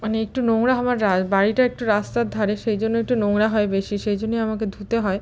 মানে একটু নোংরা হওয়ার বাড়িটা একটু রাস্তার ধারে সেই জন্য একটু নোংরা হয় বেশি সেই জন্যই আমাকে ধুতে হয়